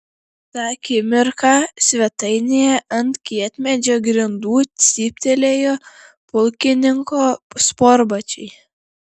tą akimirką svetainėje ant kietmedžio grindų cyptelėjo pulkininko sportbačiai